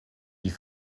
die